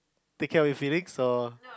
take care of your feelings or